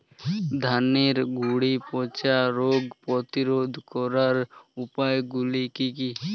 ধানের গুড়ি পচা রোগ প্রতিরোধ করার উপায়গুলি কি কি?